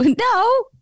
No